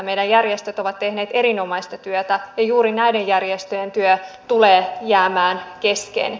meidän järjestöt ovat tehneet erinomaista työtä ja juuri näiden järjestöjen työ tulee jäämään kesken